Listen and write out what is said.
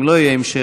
אם לא יהיה המשך,